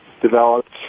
developed